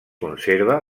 conserva